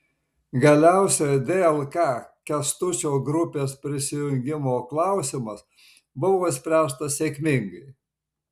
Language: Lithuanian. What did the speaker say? galiausiai dlk kęstučio grupės prisijungimo klausimas buvo išspręstas sėkmingai